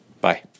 Bye